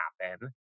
happen